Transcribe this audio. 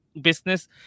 business